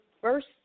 first